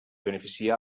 beneficia